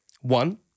One